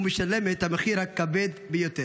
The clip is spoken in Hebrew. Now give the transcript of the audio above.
ומשלמת את המחיר הכבד ביותר.